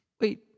Wait